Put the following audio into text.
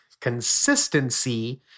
consistency